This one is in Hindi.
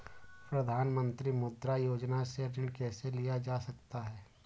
प्रधानमंत्री मुद्रा योजना से ऋण कैसे लिया जा सकता है?